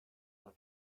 our